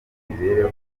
imibereho